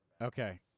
Okay